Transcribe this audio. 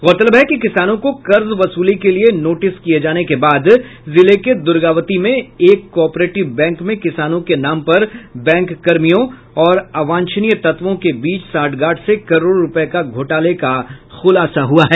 गौरतलब है कि किसानों को कर्ज वसूली के लिए नोटिस किये जाने के बाद जिले के दुर्गावती में एक को आपरेटिव बैंक में किसानों के नाम पर बैंककर्मियों और अवांछनीय तत्वों के बीच सांठ गांठ से करोड़ों रुपये का घोटाला का खुलासा हुआ है